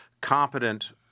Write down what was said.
competent